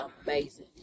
amazing